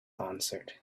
answered